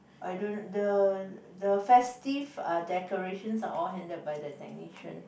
I don't know the the festive uh decorations are all handled by the technician